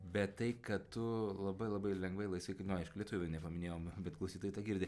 bet tai kad tu labai labai lengvai laisvai nu aišku lietuvių nepaminėjom bet klausytojai tą girdi